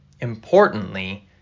importantly